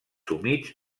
humits